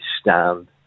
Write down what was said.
stand